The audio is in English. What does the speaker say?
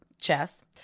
chess